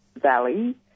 valley